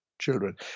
children